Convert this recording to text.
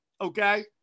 Okay